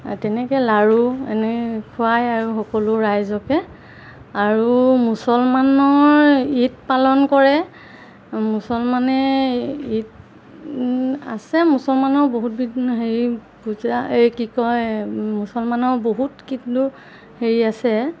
তেনেকৈ লাৰু এনে খুৱায় আৰু সকলো ৰাইজকে আৰু মুছলমানৰ ঈদ পালন কৰে মুছলমানে ঈদ আছে মুছলমানৰ বহুত বি হেৰি এই কি কয় মুছলমানৰ বহুত হেৰি আছে